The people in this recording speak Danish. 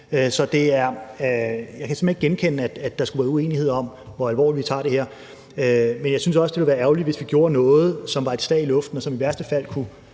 at ske. Så jeg kan simpelt hen ikke genkende, at der skulle være uenighed om, hvor alvorligt vi tager det her. Men jeg synes også, det ville være ærgerligt, hvis vi gjorde noget, som var et slag i luften, og som i værste fald kunne